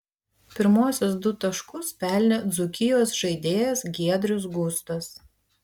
pirmuosius du taškus pelnė dzūkijos žaidėjas giedrius gustas